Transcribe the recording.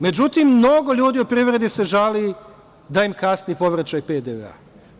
Međutim, mnogo ljudi u privredi se žali da im kasni povraćaj PDV-a.